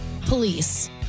police